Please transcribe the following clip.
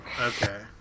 Okay